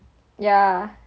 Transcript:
yeah